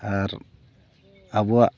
ᱟᱨ ᱟᱵᱚᱣᱜ